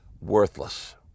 worthless